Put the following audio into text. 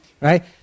right